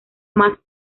más